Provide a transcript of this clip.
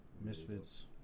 Misfits